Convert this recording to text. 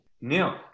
Neil